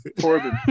Corbin